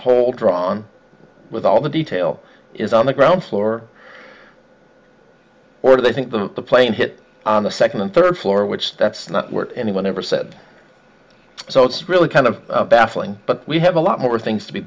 hole drawn with all the detail is on the ground floor or do they think the plane hit on the second and third floor which that's not what anyone ever said so it's really kind of baffling but we have a lot more things to be